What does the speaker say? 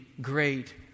great